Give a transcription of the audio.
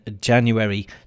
January